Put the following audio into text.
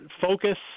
focus